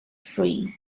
free